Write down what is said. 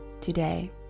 today